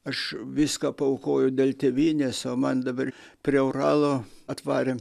aš viską paaukojau dėl tėvynės o man dabar prie uralo atvarė